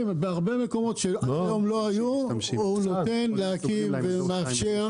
בהרבה מקומות שעד היום לא היו הוא נותן להקים ומאפשר.